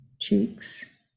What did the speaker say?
cheeks